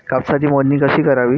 कापसाची मोजणी कशी करावी?